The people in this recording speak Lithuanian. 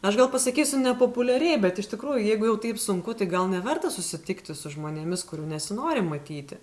aš gal pasakysiu nepopuliariai bet iš tikrųjų jeigu jau taip sunku tai gal neverta susitikti su žmonėmis kurių nesinori matyti